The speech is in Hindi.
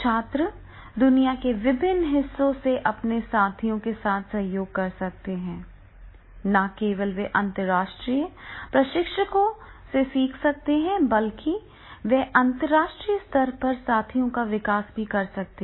छात्र दुनिया के विभिन्न हिस्सों से अपने साथियों के साथ सहयोग कर सकते हैं न केवल वे अंतर्राष्ट्रीय प्रशिक्षकों से सीख सकते हैं बल्कि वे अंतरराष्ट्रीय स्तर पर साथियों का विकास भी कर सकते हैं